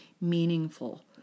meaningful